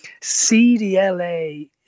CDLA